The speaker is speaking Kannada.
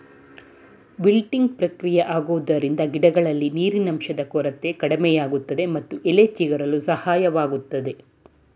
ವಿಲ್ಟಿಂಗ್ ಪ್ರಕ್ರಿಯೆ ಆಗುವುದರಿಂದ ಗಿಡಗಳಲ್ಲಿ ನೀರಿನಂಶದ ಕೊರತೆ ಕಡಿಮೆಯಾಗುತ್ತದೆ ಮತ್ತು ಎಲೆ ಚಿಗುರಲು ಸಹಾಯವಾಗುತ್ತದೆ